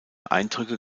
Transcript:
eindrücke